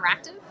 Interactive